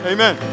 Amen